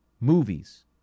movies